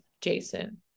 Jason